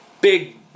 big